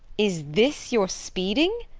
is this your speeding?